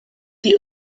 the